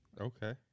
Okay